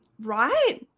Right